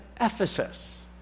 Ephesus